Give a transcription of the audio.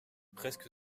presque